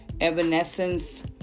Evanescence